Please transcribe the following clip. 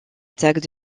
attaques